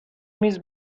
میز